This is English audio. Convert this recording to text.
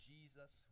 Jesus